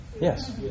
Yes